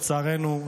לצערנו,